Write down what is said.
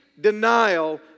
denial